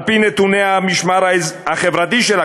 על-פי נתוני "המשמר החברתי",